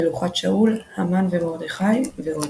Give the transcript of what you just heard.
מלוכת שאול, המן ומרדכי ועוד.